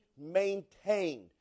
maintained